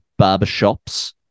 barbershops